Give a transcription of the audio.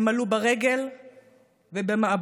הם עלו ברגל ובמעבורות,